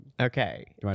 Okay